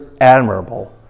admirable